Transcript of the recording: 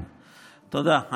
תודה.